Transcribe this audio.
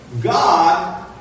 God